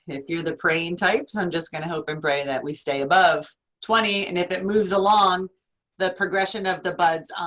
if you're the praying type, so i'm just gonna hope and pray that we stay above twenty and it moves along the progression of the buds.